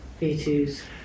V2s